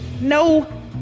No